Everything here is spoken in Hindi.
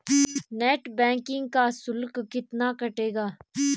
नेट बैंकिंग का शुल्क कितना कटेगा?